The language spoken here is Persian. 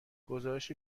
گزارش